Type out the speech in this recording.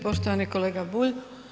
Poštovani kolega Bulj.